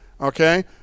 Okay